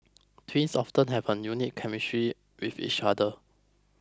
twins often have a unique chemistry with each other